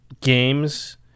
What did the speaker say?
games